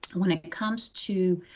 when it comes to